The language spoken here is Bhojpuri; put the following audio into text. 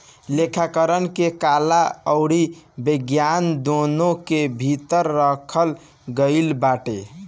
लेखाकरण के कला अउरी विज्ञान दूनो के भीतर रखल गईल बाटे